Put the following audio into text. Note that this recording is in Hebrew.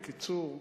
בקיצור,